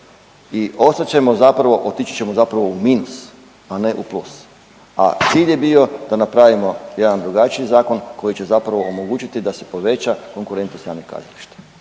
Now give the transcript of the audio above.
i ostat ćemo zapravo, otići ćemo zapravo u minus, a ne u plus, a cilj je bio da napravimo jedan drugačiji zakon koji će zapravo omogućiti da se poveća konkurentnost javnih kazališta.